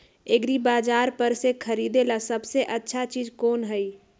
एग्रिबाजार पर से खरीदे ला सबसे अच्छा चीज कोन हई?